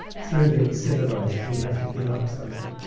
through being civilised, we have to give up something.